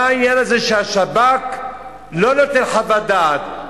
מה העניין הזה שהשב"כ לא נותן חוות דעת,